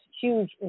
huge